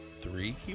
three